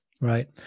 right